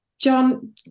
John